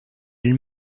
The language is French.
elle